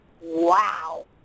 Wow